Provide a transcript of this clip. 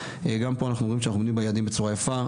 גם פה אנחנו רואים שאנחנו עומדים ביעדים בצורה יפה.